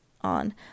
on